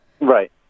right